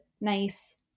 nice